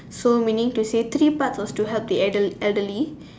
so meaning to say three parts were to help the elderly